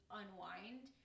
unwind